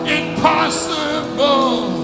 impossible